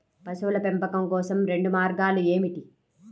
పశువుల పెంపకం కోసం రెండు మార్గాలు ఏమిటీ?